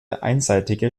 einseitige